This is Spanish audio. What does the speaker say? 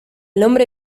nombre